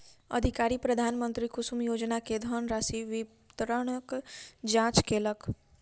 अधिकारी प्रधानमंत्री कुसुम योजना के धनराशि वितरणक जांच केलक